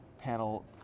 panel